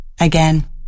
Again